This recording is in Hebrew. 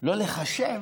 שלא לחשב